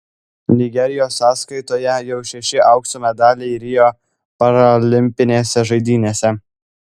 nigerijos sąskaitoje jau šeši aukso medaliai rio paralimpinėse žaidynėse